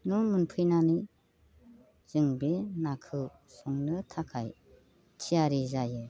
न' मोनफैनानै जों बे नाखौ संनो थाखाय थियारि जायो